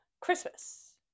christmas